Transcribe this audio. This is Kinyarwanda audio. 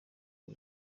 uwo